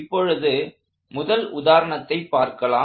இப்பொழுது முதல் உதாரணத்தைப் பார்க்கலாம்